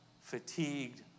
fatigued